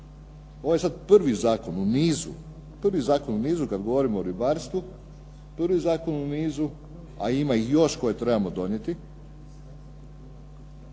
Ovo je prvi sada zakon u nizu, prvi zakon u nizu kada govorimo o ribarstvu, prvi zakon u nizu, a ima ih još koje trebamo donijeti,